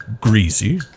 greasy